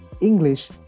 English